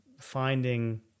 finding